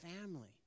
family